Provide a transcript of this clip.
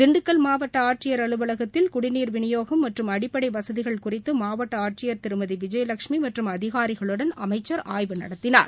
தின்டுக்கல் மாவட்டஆட்சியர் அலுவலகத்தில் குடிநீர் விநியோகம் மற்றும் அடிப்படைவசதிகள் குறித்துமாவட்டஆட்சியர் திருமதிவிஜயலட்சுமிமற்றும் அதிகாரிகளுடன் அமைச்சர் ஆய்வு நடத்தினார்